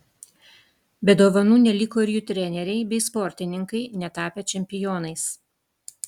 be dovanų neliko ir jų treneriai bei sportininkai netapę čempionais